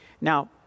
Now